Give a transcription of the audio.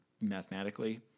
mathematically